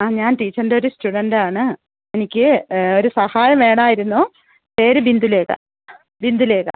ആ ഞാൻ ടീച്ചര്ന്റൊരു സ്റ്റുഡൻറ്റാണ് എനിക്ക് ഒരു സഹായം വേണമായിരുന്നു പേര് ബിന്ദുലേഖ ബിന്ദുലേഖ